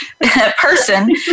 person